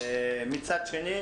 מצד שני,